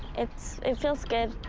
it's it feels good.